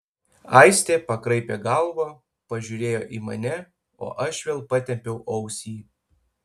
aistė pakraipė galvą pažiūrėjo į mane o aš vėl patempiau ausį